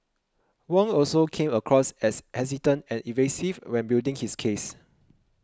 Wong also came across as hesitant and evasive when building his case